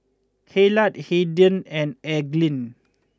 Hillard Hayden and Elgin